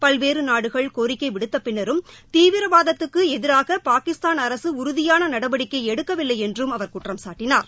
பல்வேறு நாடுகள் கோரிக்கை விடுத்த பின்னரும் தீவிரவாதத்துக்கு எதிராக பாகிஸ்தான் அரசு உறுதியான நடவடிக்கை எடுக்கவில்லை என்றும் அவர் குற்றம்சாட்டினார்